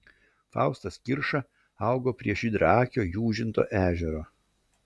faustas kirša augo prie žydraakio jūžinto ežero